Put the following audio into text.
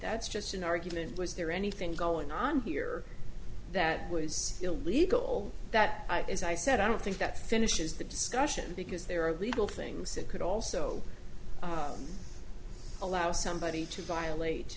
that's just an argument was there anything going on here that was illegal that as i said i don't think that finishes the discussion because there are legal things that could also allow somebody to violate